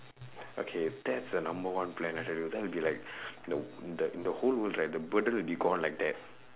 okay that's the number one plan I tell you that will be like the the whole world right the burden will be gone like that